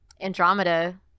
Andromeda